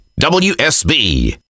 WSB